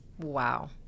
Wow